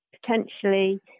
potentially